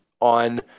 on